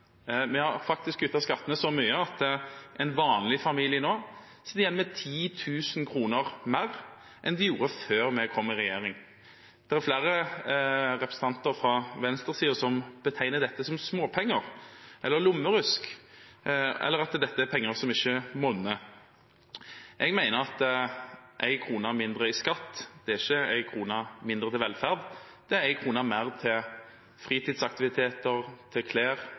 Vi har faktisk kuttet skattene så mye at en vanlig familie nå sitter igjen med 10 000 kr mer enn de gjorde før vi kom i regjering. Det er flere representanter fra venstresiden som betegner dette som småpenger, eller lommerusk – at dette er penger som ikke monner. Jeg mener at en krone mindre i skatt er ikke en krone mindre til velferd, det er en krone mer til fritidsaktiviteter, til